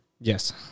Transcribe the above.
Yes